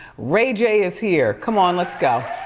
ray j is here. come on, let's go.